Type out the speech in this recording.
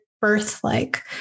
birth-like